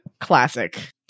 classic